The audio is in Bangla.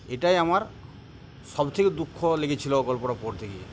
এটাই আমার সবথেকে দুঃখ লেগেছিল গল্পটা পড়তে গিয়ে